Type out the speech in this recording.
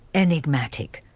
enigmatic.